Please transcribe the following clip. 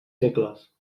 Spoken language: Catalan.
segles